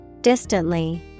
Distantly